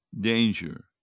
danger